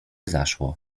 zaszło